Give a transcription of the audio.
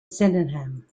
sydenham